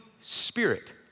spirit